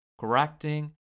correcting